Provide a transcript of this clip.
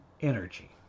energy